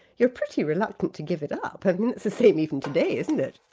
you're pretty reluctant to give it up, and that's the same even today, isn't it?